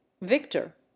victor